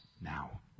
now